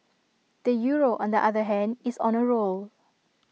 the euro on the other hand is on A roll